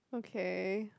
okay